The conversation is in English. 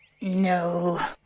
No